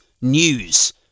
news